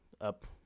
up